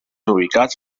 ubicats